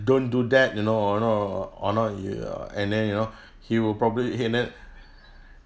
don't do that you know or you know or not ya and then you know he will probably he and then